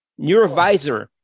neurovisor